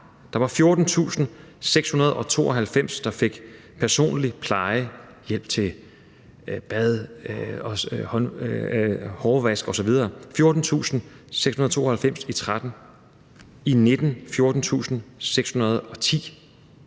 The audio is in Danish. Der var 14.692, der fik personlig pleje – hjælp til bad, hårvask osv. – i 2013; i 2019 var det 14.610.